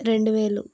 రెండు వేలు